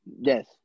Yes